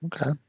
Okay